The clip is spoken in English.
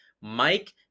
mike